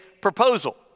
proposal